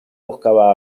buscaba